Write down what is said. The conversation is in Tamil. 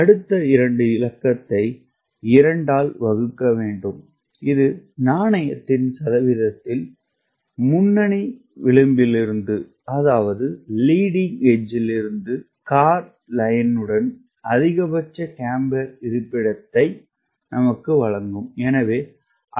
அடுத்த 2 இலக்கத்தை 2 ஆல் வகுக்க வேண்டும் இது நாணயத்தின் சதவீதத்தில் முன்னணி விளிம்பிலிருந்து நாண் வரியுடன் அதிகபட்ச கேம்பர் இருப்பிடத்தை நமக்கு வழங்கும்